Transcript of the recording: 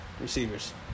receivers